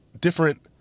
different